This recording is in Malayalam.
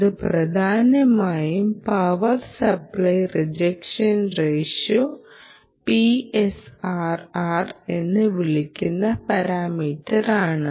അത് പ്രധാനമായും power supply rejection ratio PSRR എന്ന് വിളിക്കുന്ന പരാമീറ്ററാണ്